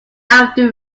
after